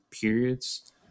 periods